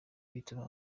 bituma